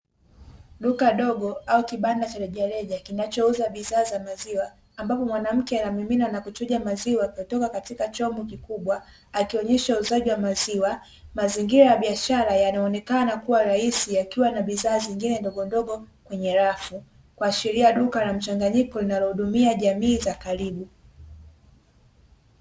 Duka dogo au kibanda cha rejareja, kinachouza bidhaa za maziwa, ambapo mwanamke anamimina na kuchuja maziwa kutoka katika chombo kikubwa, akionyesha uuzaji wa maziwa. Mazingira ya biashara yanaonekana kuwa rahisi yakiwa na bidhaa zingine ndogondogo kwenye rafu, kuashiria duka la mchanganyiko linalohudumia jamii za karibu.